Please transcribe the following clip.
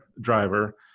driver